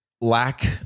lack